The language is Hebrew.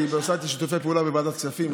היא עושה איתי שיתופי פעולה בוועדת כספים,